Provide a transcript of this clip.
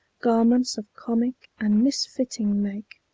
garments of comic and misfitting make,